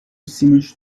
سیمش